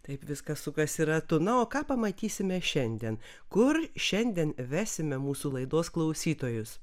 taip viskas sukasi ratu na o ką pamatysime šiandien kur šiandien vesime mūsų laidos klausytojus